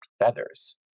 feathers